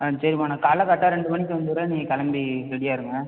ஆ சரிம்மா நான் காலைல கரெக்டாக ரெண்டு மணிக்கு வந்துடுறேன் நீங்கள் கிளம்பி ரெடியாக இருங்கள்